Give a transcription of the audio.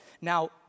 Now